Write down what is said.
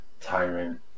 Tyrant